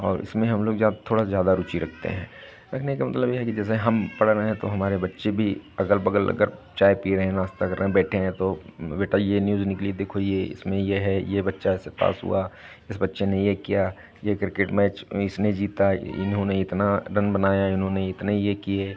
और इसमें हम लोग ज़्या थोड़ा ज़्यादा रुचि रखते हैं रखने के मतलब ये है कि जैसे हम पढ़ रहे हैं तो हमारे बच्चे भी अगल बगल अगर चाय पी रहे हैं नाश्ता कर रहे हैं बैठे हैं तो बेटा ये न्यूज़ निकली देखो ये इसमें ये है ये बच्चा ऐसे पास हुआ इस बच्चे ने ये किया ये क्रिकेट मैच इसने जीता इन्होने इतना रन बनाया इन्होने इतने ये किए